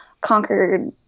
conquered